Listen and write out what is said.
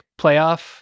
playoff